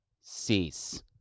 cease